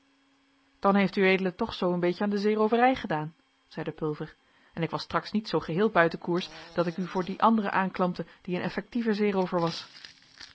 dan heeft ued toch zoo een beetje aan de zeerooverij gedaan zeide pulver en ik was straks niet zoo geheel buiten koers dat ik u voor dien anderen aanklampte die een effectieve zeeroover was